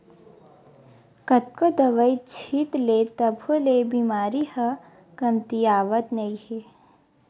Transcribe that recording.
कतनो दवई छित ले तभो ले बेमारी ह कमतियावत नइ हे